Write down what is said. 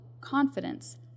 confidence